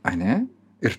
ane ir